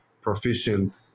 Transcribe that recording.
proficient